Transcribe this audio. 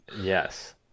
Yes